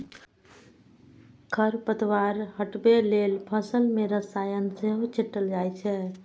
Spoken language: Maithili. खरपतवार हटबै लेल फसल मे रसायन सेहो छीटल जाए छै